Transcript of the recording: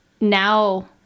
now